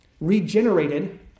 regenerated